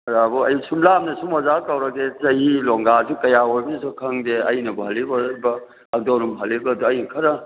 ꯑꯣꯖꯥꯕꯨ ꯑꯩ ꯁꯨꯝ ꯂꯥꯞꯅ ꯁꯨꯝ ꯑꯣꯖꯥ ꯀꯧꯔꯒꯦ ꯆꯍꯤ ꯂꯣꯡꯒꯥꯁꯨ ꯀꯌꯥ ꯑꯣꯏꯕꯅꯣꯁꯨ ꯈꯪꯗꯦ ꯑꯩꯅꯕꯨ ꯍꯜꯂꯤꯕꯔꯥ ꯑꯗꯣꯝꯅ ꯍꯜꯂꯤꯕꯔꯥꯗꯨ ꯑꯩꯅ ꯈꯔ